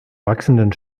wachsenden